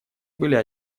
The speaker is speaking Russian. были